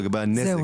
לגבי הנזק,